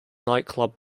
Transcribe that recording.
nightclub